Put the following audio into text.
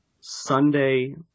Sunday